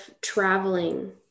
traveling